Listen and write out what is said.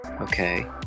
Okay